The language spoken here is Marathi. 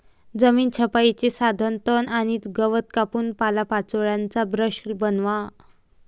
जमीन छपाईचे साधन तण आणि गवत कापून पालापाचोळ्याचा ब्रश बनवा